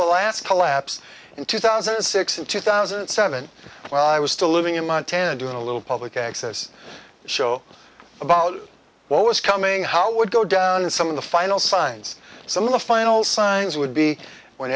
last collapse in two thousand and six and two thousand and seven when i was still living in montana doing a little public access show about what was coming how would go down some of the final signs some of the final signs would be when